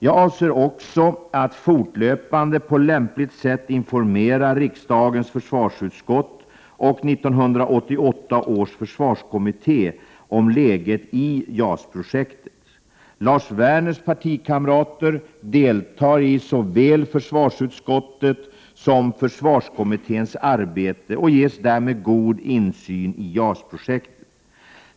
Jag avser också att fortlöpande på lämpligt sätt informera riksdagens försvarsutskott och 1988 års försvarskommitté om läget i JAS-projektet. Lars Werners partikamrater deltar i såväl försvarsutskottets som försvarskommitténs arbete och ges därmed god insyn i JAS-projektet.